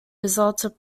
resulted